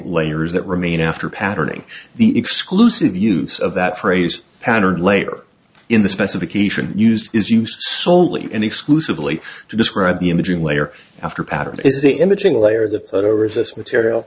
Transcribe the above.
layers that remain after patterning the exclusive use of that phrase pattern layer in the specification used is used solely and exclusively to describe the imaging layer after pattern it is the imaging layer that resists material